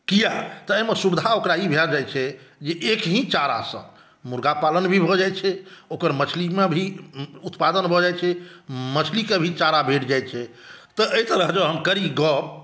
किया तऽ एहिमे सुविधा ओकरा ई भए जाइ छै जे एक ही चारासँ मुर्गा पालन भी भऽ जाइ छै ओकर मछलीमे भी उत्पादन भऽ जाइ छै मछलीके भी चारा भेट जाइ छै तऽ एहि तरह जँ हम करी गप